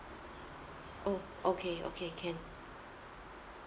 oh okay okay can